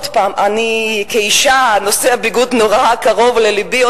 עוד פעם, כאשה, נושא הביגוד נורא קרוב ללבי.